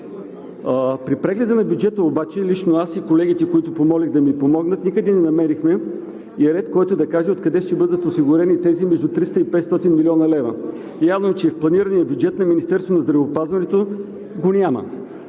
При прегледа на бюджета обаче лично аз и колегите, които помолих да ми помогнат, никъде не намерихме и ред, който да каже откъде ще бъдат осигурени тези между 300 и 500 млн. лв. Явно е, че в планирания бюджет на Министерството на здравеопазването го няма.